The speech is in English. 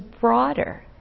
broader